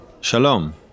Shalom